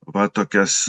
va tokias